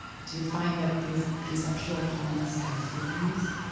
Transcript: do you find that these conceptual poems have feelings,